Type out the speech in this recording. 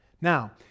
Now